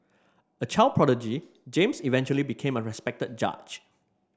a child prodigy James eventually became a respected judge